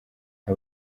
nta